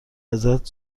ازت